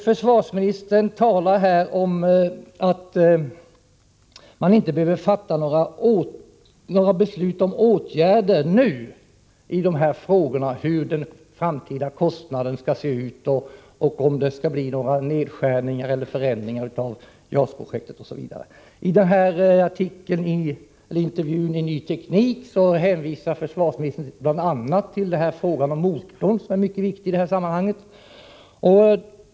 Försvarsministern talade om att man inte behöver fatta några beslut om åtgärder nu när det gäller hur den framtida kostnaden skall se ut och om det skall bli några nedskärningar eller förändringar i JAS-projektet, osv. I intervjun i Ny Teknik hänvisar försvarsministern bl.a. till frågan om motorn, som är mycket viktig i det här sammanhanget.